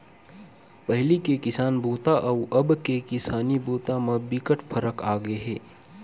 पहिली के किसानी बूता अउ अब के किसानी बूता म बिकट फरक आगे हे